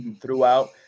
Throughout